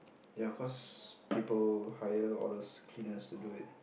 ya cause people hire all those cleaners to do it